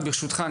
ברשותך,